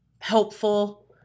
helpful